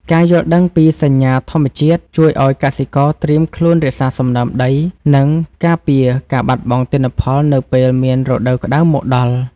ការយល់ដឹងពីសញ្ញាធម្មជាតិជួយឱ្យកសិករត្រៀមខ្លួនរក្សាសំណើមដី និងការពារការបាត់បង់ទិន្នផលនៅពេលមានរដូវក្តៅមកដល់។